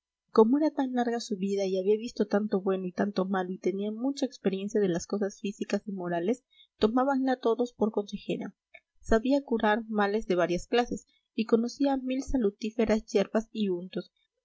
como era tan larga su vida y había visto tanto bueno y tanto malo y tenía mucha experiencia de las cosas físicas y morales tomábanla todos por consejera sabía curar males de varias clases y conocía mil salutíferas hierbas y untos